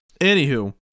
anywho